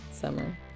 summer